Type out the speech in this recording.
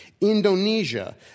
Indonesia